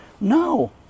No